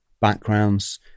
backgrounds